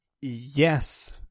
yes